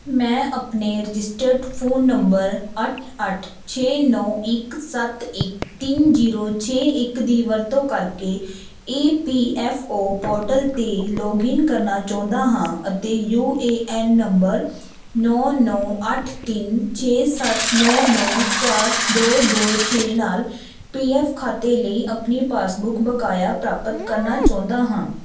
ਮੈਂ ਆਪਣੇ registered phone number ਅੱਠ ਅੱਠ ਛੇ ਨੌਂ ਇੱਕ ਸੱਤ ਇੱਕ ਤਿੰਨ ਜ਼ੀਰੋ ਛੇ ਇੱਕ ਦੀ ਵਰਤੋਂ ਕਰਕੇ E P F O portal 'ਤੇ ਲੌਗਇਨ ਕਰਨਾ ਚਾਹੁੰਦਾ ਹਾਂ ਅਤੇ ਯੂ ਏ ਐੱਨ ਨੰਬਰ ਨੌਂ ਨੌਂ ਅੱਠ ਤਿੰਨ ਛੇ ਸੱਤ ਨੌਂ ਨੌਂ ਚਾਰ ਦੋ ਦੋ ਛੇ ਨਾਲ ਪੀ ਐਫ ਖਾਤੇ ਲਈ ਆਪਣੀ ਪਾਸਬੁੱਕ ਬਕਾਇਆ ਪ੍ਰਾਪਤ ਕਰਨਾ ਚਾਹੁੰਦਾ ਹਾਂ